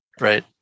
right